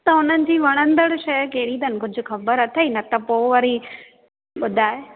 त हुननि जी वणंदड़ शइ कहिड़ी अथनि कुझु ख़बर अथेई न त पोइ वरी ॿुधाए